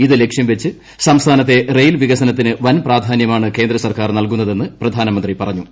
ഇത് ല്ക്ഷ്യം വെച്ച് സംസ്ഥാനത്തെ റെയിൽ വികസനത്തിന് വൻപ്രാധാനൃമാണ് കേന്ദ്രസർക്കാർ നൽകുന്നതെന്ന് പ്രധാനമന്ത്രി പറഞ്ഞു